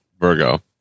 Virgo